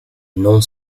non